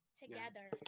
together